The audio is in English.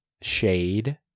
Shade